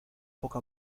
poco